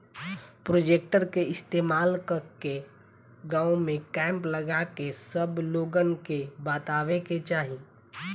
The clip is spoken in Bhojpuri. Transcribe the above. प्रोजेक्टर के इस्तेमाल कके गाँव में कैंप लगा के सब लोगन के बतावे के चाहीं